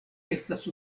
estas